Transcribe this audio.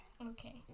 Okay